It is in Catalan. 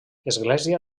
església